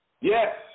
Yes